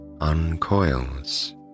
uncoils